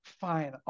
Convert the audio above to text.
fine